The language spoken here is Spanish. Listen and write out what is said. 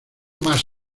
más